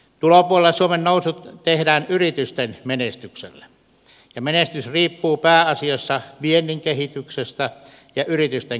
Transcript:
tulopuolella suomen nousu tehdään yritysten menestyksellä ja menestys riippuu pääasiassa viennin kehityksestä ja yritysten kasvusta